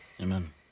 Amen